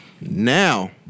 Now